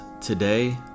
today